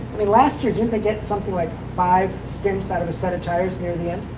i mean, last year didn't they get something like five stints out of a set of tires near the end?